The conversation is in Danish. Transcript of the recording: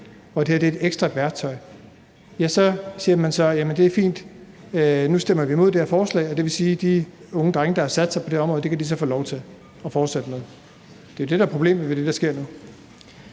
at det her er et ekstra værktøj – så siger man så, at det er fint, og at nu stemmer man imod det her forslag, og det vil sige, at de unge drenge, der har sat sig på det område, så kan få lov til at fortsætte med det. Det er jo det, der er problemet ved det, der sker nu.